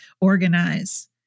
organize